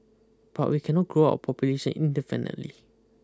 but we cannot grow our population indefinitely